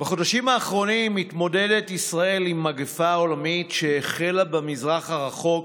בחודשים האחרונים מתמודדת ישראל עם מגפה עולמית שהחלה במזרח הרחוק